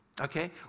Okay